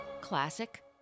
Classic